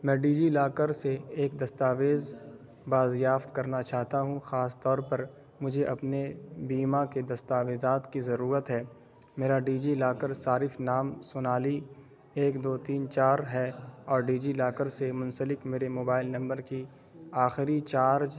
میں DigiLocker سے ایک دستاویز بازیافت کرنا چاہتا ہوں خاص طور پر مجھے اپنے بیما کے دستاویزات کی ضرورت ہے میرا ڈیجی لاکر صارف نام سونالی ایک دو تین چار ہے اور ڈیجی لاکر سے منسلک میرے موبائل نمبر کی آخری چارج